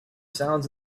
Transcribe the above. sounds